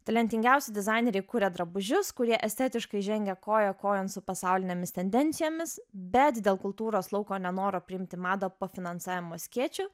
talentingiausi dizaineriai kuria drabužius kurie estetiškai žengia koja kojon su pasaulinėmis tendencijomis bet dėl kultūros lauko nenoro priimti madą po finansavimo skėčiu